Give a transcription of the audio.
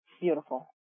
beautiful